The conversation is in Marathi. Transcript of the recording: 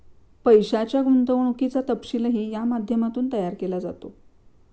पैशाच्या गुंतवणुकीचा तपशीलही या माध्यमातून तयार केला जातो